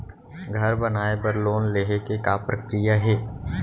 घर बनाये बर लोन लेहे के का प्रक्रिया हे?